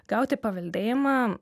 gauti paveldėjimą